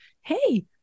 Hey